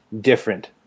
different